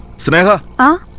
sneha? ah